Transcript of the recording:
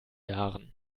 jahren